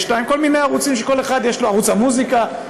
ערוץ המוזיקה,